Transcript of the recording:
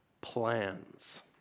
Plans